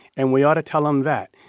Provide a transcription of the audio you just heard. and we ought to tell them that.